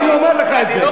אני אומר לך את זה.